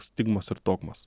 stigmos ir dogmos